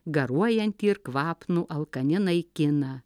garuojantį ir kvapnų alkani naikina